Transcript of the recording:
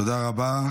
תודה רבה.